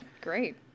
great